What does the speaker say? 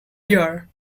here